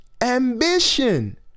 ambition